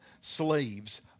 slaves